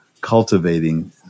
cultivating